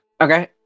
Okay